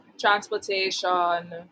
transportation